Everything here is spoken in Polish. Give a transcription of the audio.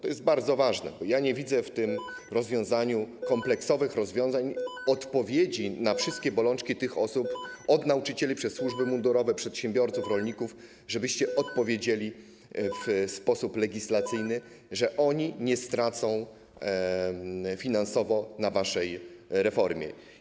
To jest bardzo ważne - bo ja nie widzę w tym projekcie kompleksowych rozwiązań, odpowiedzi na wszystkie bolączki tych osób, od nauczycieli przez służby mundurowe, po przedsiębiorców, rolników - żebyście odpowiedzieli w sposób legislacyjny, że oni nie stracą finansowo na waszej reformie.